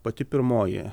pati pirmoji